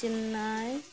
Chennai